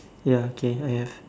ya okay I have